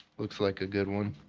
looks like a good one.